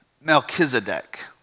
Melchizedek